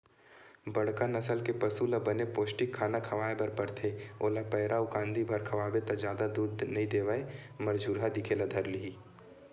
बड़का नसल के पसु ल बने पोस्टिक खाना खवाए बर परथे, ओला पैरा अउ कांदी भर खवाबे त जादा दूद नइ देवय मरझुरहा दिखे ल धर लिही